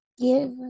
give